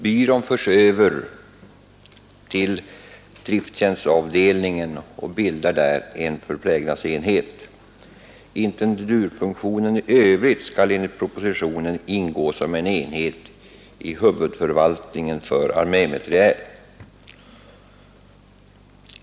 Byrån förs över till drifttjänstavdelningen och bildar där en förplägnadsenhet. Intendenturfunk tionen i övrigt skall enligt propositionen ingå som en enhet i huvudavdelningen för armémateriel.